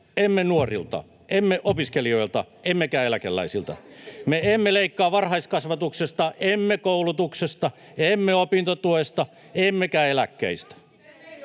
emme nuorilta, emme opiskelijoilta, emmekä eläkeläisiltä. Me emme leikkaa varhaiskasvatuksesta, emme koulutuksesta, emme opintotuesta, emmekä eläkkeistä.